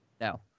No